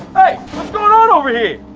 hey, what's going on over here?